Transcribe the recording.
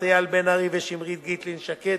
אייל לב-ארי ושמרית גיטלין-שקד,